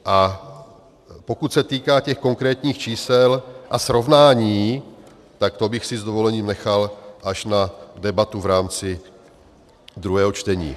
A pokud se týká těch konkrétních čísel a srovnání, tak to bych si s dovolením nechal až na debatu v rámci druhého čtení.